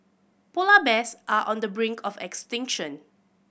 polar bears are on the brink of extinction